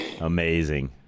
Amazing